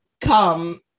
come